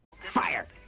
Fire